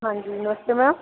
ਹਾਂਜੀ ਨਮਸਤੇ ਮੈਮ